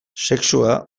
sexua